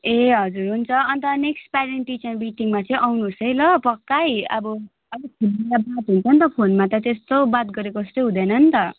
ए हजुर हुन्छ अन्त नेक्स्ट प्यारेन्ट टिचर मिटिङमा चाहिँ आउनुहोसै ल पक्कै अब अलिक बात हुन्छ नि त फोनमा त त्यस्तो बात गरेको जस्तै हुँदैन नि त